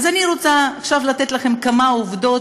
אז אני רוצה עכשיו לתת לכם כמה עובדות,